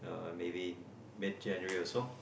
err maybe mid January or so